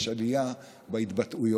יש עלייה בהתבטאויות.